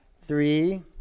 Three